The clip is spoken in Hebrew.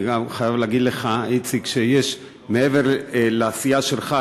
אני חייב להגיד לך שמעבר לעשייה שלך,